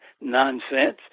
nonsense